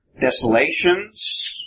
desolations